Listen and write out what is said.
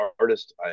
artist